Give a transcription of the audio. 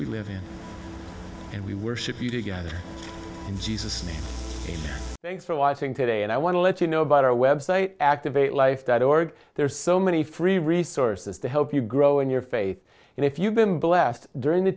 we live in and we worship you together in jesus name thanks for watching today and i want to let you know about our website activate life that org there are so many free resources to help you grow in your faith and if you've been blessed during the